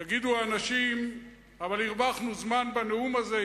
יגידו אנשים: אבל הרווחנו זמן בנאום הזה,